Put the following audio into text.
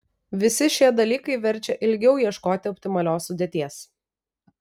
visi šie dalykai verčia ilgiau ieškoti optimalios sudėties